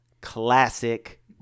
classic